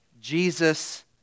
Jesus